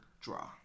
draw